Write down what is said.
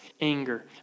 anger